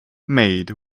made